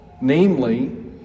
namely